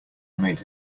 made